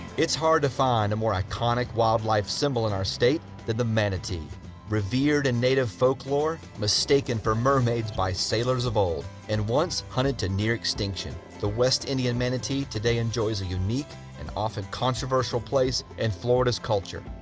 it's hard to find a more iconic wildlife symbol in our state than the manatee revered a and native folklore mistaken for mermaids by sailors of old and once hunted to near-extinction the west indian manatee today enjoys a unique and often controversial place and florida's culture